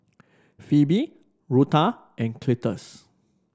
Phoebe Rutha and Cletus